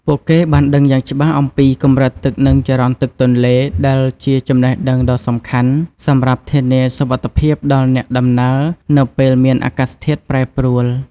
ពួកគេបានដឹងយ៉ាងច្បាស់អំពីកម្រិតទឹកនិងចរន្តទឹកទន្លេ ដែលជាចំណេះដឹងដ៏សំខាន់សម្រាប់ធានាសុវត្ថិភាពដល់អ្នកដំណើរនៅពេលមានអាកាសធាតុប្រែប្រួល។